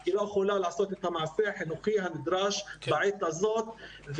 היא לא יכולה לעשות את המעשה החינוכי הנדרש בעת הזאת.